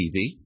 TV